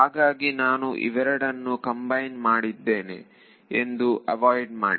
ಹಾಗಾಗಿ ನಾನು ಇವೆರಡನ್ನು ಕಂಬೈನ್ ಮಾಡಿದ್ದೇನೆ ಎಂದು ಅವಾಯ್ಡ್ ಮಾಡಿ